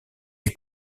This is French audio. les